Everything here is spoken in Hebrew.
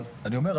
אבל אני אומר,